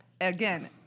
again